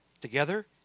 Together